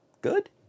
Good